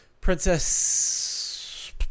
Princess